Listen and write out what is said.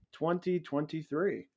2023